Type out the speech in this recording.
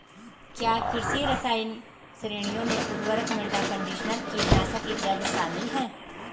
क्या कृषि रसायन श्रेणियों में उर्वरक, मृदा कंडीशनर, कीटनाशक इत्यादि शामिल हैं?